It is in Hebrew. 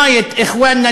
הנעל של הנוצרים